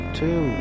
two